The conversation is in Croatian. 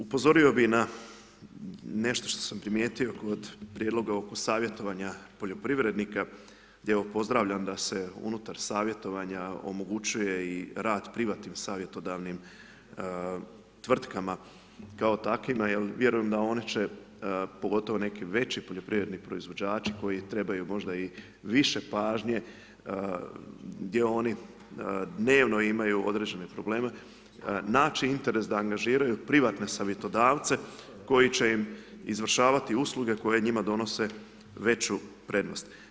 Upozorio bi na nešto što sam primijetio kod prijedloga oko savjetovanja poljoprivrednika gdje pozdravljam da se unutar savjetovanja omogućuje i rad privatnim savjetodavnim tvrtkama kao takvima jer vjerujem da oni će pogotovo neki veći poljoprivredni proizvođači koji trebaju možda i više pažnje, gdje oni dnevno imaju određene probleme, naći interes da angažiraju privatne savjetodavce koji će im izvršavati usluge koje njima donose veću prednost.